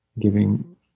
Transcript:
giving